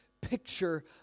picture